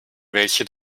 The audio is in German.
welche